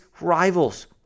rivals